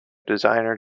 designer